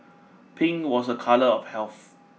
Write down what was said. pink was a colour of health